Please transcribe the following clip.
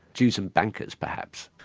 jews and bankers perhaps.